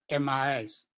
mis